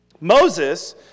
Moses